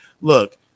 Look